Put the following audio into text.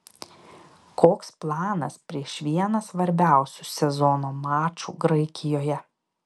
koks planas prieš vieną svarbiausių sezono mačų graikijoje